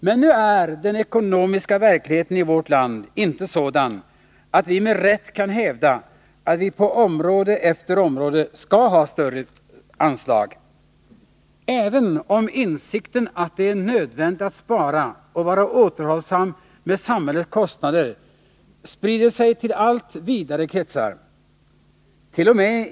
Men nu är den ekonomiska verkligheten i vårt land inte sådan att vi med rätt kan hävda att vi på område efter område skall ha större anslag. Även om insikten att det är nödvändigt att spara och vara återhållsam med samhällets kostnader sprider sig till allt vidare kretsar —t.o.m.